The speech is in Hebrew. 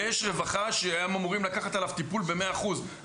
יש רווחה שאמורה לקחת עליו טיפול במאה אחוז.